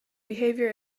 behavior